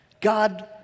God